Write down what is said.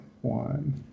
one